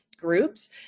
groups